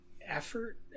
effort